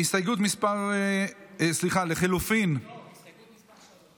הסתייגות, הסתייגות מס' 3